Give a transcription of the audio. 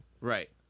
Right